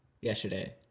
yesterday